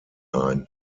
ein